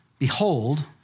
Behold